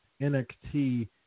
nxt